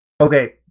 Okay